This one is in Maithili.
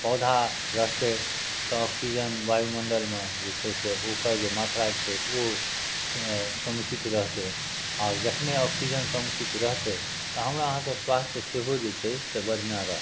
पौधा रहतै तऽ ऑक्सिजन वायुमंडलमे जे छै ओकर जे मात्रा छै ओ समुचित रहतै आओर जखने ऑक्सिजन समुचित रहतै तऽ हमरा अहाँकेँ स्वास्थ्य सेहो जे छै से बढ़िआँ रहतै